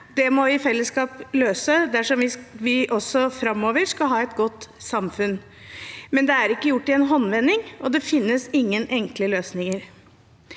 det må vi i fellesskap løse dersom vi også framover skal ha et godt samfunn. Men det er ikke gjort i en håndvending, og det finnes ingen enkle løsninger.